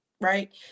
Right